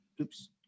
oops